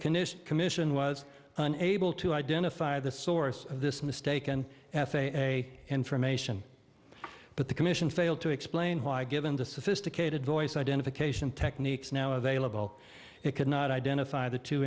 condition commission was unable to identify the source of this mistaken f a a information but the commission failed to explain why given the sophisticated voice identification techniques now available it could not identify the two